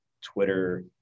Twitter